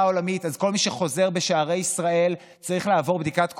עולמית אז כל מי שחוזר בשערי ישראל צריך לעבור בדיקת קורונה?